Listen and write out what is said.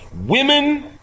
Women